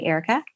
Erica